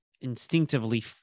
instinctively